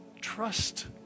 trust